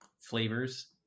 flavors